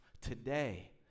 today